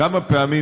כמה פעמים,